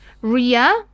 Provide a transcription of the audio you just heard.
Ria